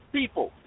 people